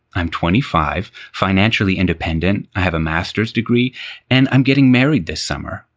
i'm twenty five, financially independent. i have a master's degree and i'm getting married this summer.